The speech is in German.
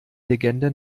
legende